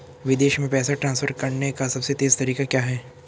विदेश में पैसा ट्रांसफर करने का सबसे तेज़ तरीका क्या है?